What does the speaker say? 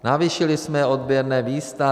Navýšili jsme odběrná místa.